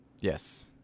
yes